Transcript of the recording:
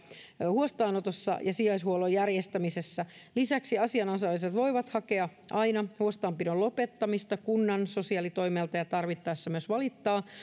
huostaanotossa ja sijaishuollon järjestämisessä lisäksi asianosaiset voivat hakea aina huostassapidon lopettamista kunnan sosiaalitoimelta ja tarvittaessa myös valittaa